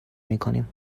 میکنیم